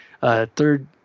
third